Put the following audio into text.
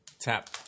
tap